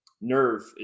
nerve